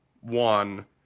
one